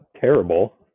terrible